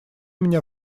меня